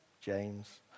James